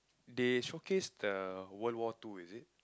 they showcase the World War Two is it